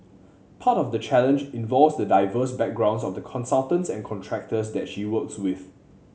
part of the challenge involves the diverse backgrounds of the consultants and contractors that she works with